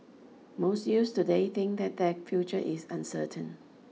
most youths today think that their future is uncertain